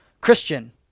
Christian